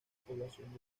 población